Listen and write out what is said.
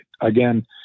again